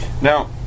Now